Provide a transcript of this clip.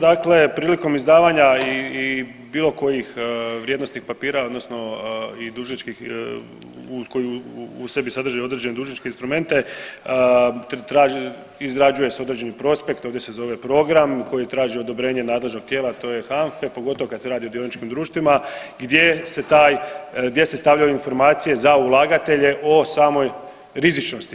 Dakle, prilikom izdavanja bilo kojih vrijednosnih papira, odnosno i dužničkih koje u sebi sadrže i dužničke instrumente izrađuje se određeni prospekt, ovdje se zove program koji traži odobrenje nadležnog tijela, to je HANFA-e pogotovo kad se radi o dioničkim društvima gdje se stavljaju informacije za ulagatelje o samoj rizičnosti.